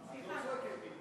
את לא צועקת מפה.